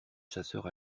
chasseurs